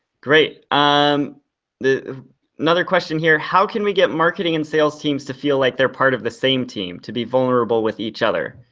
great, um um another question here, how can we get marketing and sales teams to feel like they're part of the same team, to be vulnerable with each other?